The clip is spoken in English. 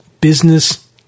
Business